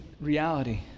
reality